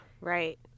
right